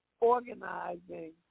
organizing